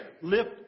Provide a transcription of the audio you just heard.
Lift